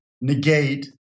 negate